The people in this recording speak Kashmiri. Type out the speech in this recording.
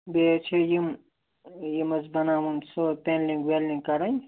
بیٚیہِ حظ چھِ یِم یِم حظ بَناوُن سُہ پینلِنٛگ وینلِنٛگ کَرٕنۍ